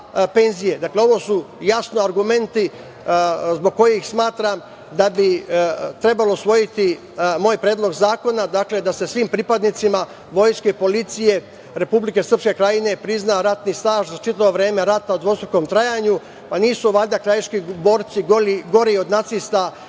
ovo su jasni argumenti zbog kojih smatram da bi trebalo usvojiti moj predlog zakona, da se svim pripadnicima vojske i policije Republike Srpske Krajine prizna ratni staž za čitavo vreme rata u dvostrukom trajanju. Nisu valjda krajiški borci gori od nacista